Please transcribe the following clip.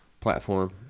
platform